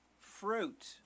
fruit